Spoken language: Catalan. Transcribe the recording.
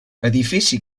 edifici